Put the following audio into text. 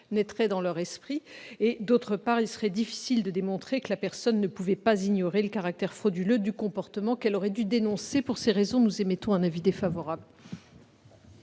naîtrait dans leur esprit. D'autre part, il serait difficile de démontrer que la personne ne pouvait pas ignorer le caractère frauduleux du comportement qu'elle aurait dû dénoncer. Pour ces raisons, nous émettons un avis défavorable